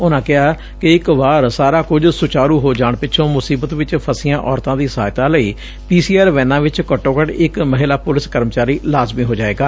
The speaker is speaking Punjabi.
ਉਨੂਾਂ ਕਿਹਾ ਕਿ ਇਕ ਵਾਰ ਸਾਰਾ ਕੁਝ ਸੁਚਾਰੁ ਹੋ ਜਾਣ ਪਿਛੋਂ ਮੁਸੀਬਤ ਚ ਫਸੀਆਂ ਔਰਤਾਂ ਦੀ ਸਹਾਇਤਾ ਲਈ ਪੀ ਸੀ ਆਰ ਵੈਨਾਂ ਵਿਚ ਘੱਟੋ ਘੱਟ ਇਕ ਮਹਿਲਾ ਪੁਲਿਸ ਕਰਮਚਾਰੀ ਲਾਜ਼ਮੀ ਹੋ ਜਾਏਗਾ